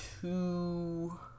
two